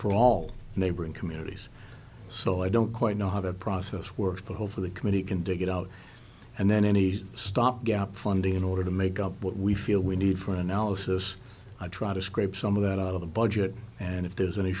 for all neighboring communities so i don't quite know how the process works the hole for the committee can dig it out and then any stopgap funding in order to make up what we feel we need for analysis i try to scrape some of that out of the budget and if there's any